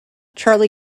charlie